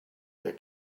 they